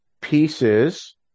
pieces